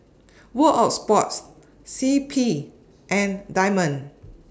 World of Sports C P and Diamond